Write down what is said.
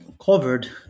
covered